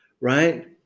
right